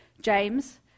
james